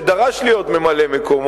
שדרש להיות ממלא-מקומו,